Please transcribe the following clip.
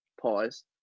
pause